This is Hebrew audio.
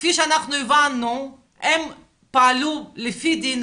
כפי שאנחנו הבנו הם פעלו לפי דין.